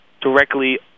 directly